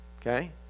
Okay